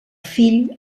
fill